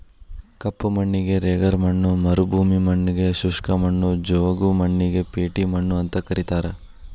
ಕಪ್ಪು ಮಣ್ಣಿಗೆ ರೆಗರ್ ಮಣ್ಣ ಮರುಭೂಮಿ ಮಣ್ಣಗೆ ಶುಷ್ಕ ಮಣ್ಣು, ಜವುಗು ಮಣ್ಣಿಗೆ ಪೇಟಿ ಮಣ್ಣು ಅಂತ ಕರೇತಾರ